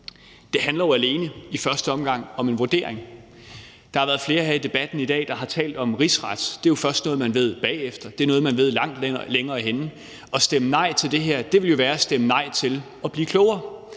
Det handler i første omgang jo alene om en vurdering. Der har været flere her i debatten i dag, der har talt om en rigsret. Det er jo først noget, man ved bagefter. Det er noget, man ved langt længere henne. At stemme nej til det her ville jo være at stemme nej til at blive klogere.